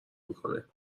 میکنه